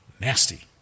nasty